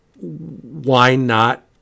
why-not